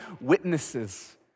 witnesses